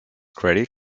credit